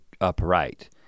upright